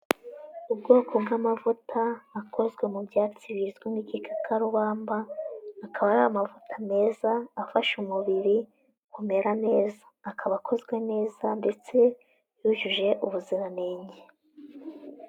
Ubwoko bw'amavuta akozwe mu byatsi bizwi n'igikakarubamba, akaba ari amavuta meza afasha umubiri kumera neza, akaba akozwe neza ndetse yujuje ubuziranenge.